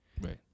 right